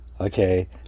Okay